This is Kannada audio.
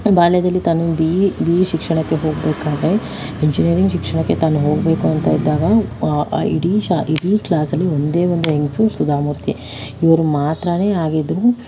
ಬಾಲ್ಯದಲ್ಲಿ ತಾನು ಬಿ ಇ ಬಿ ಇ ಶಿಕ್ಷಣಕ್ಕೆ ಹೋಗ್ಬೇಕಾದರೆ ಇಂಜಿನಿಯರಿಂಗ್ ಶಿಕ್ಷಣಕ್ಕೆ ತಾನು ಹೋಗ್ಬೇಕು ಅಂತ ಇದ್ದಾಗ ಇಡೀ ಶ ಇಡೀ ಕ್ಲಾಸಲ್ಲಿ ಒಂದೇ ಒಂದು ಹೆಂಗಸು ಸುಧಾಮೂರ್ತಿ ಇವರು ಮಾತ್ರನೇ ಆಗಿದ್ರು